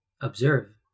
observe